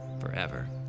forever